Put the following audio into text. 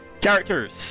Characters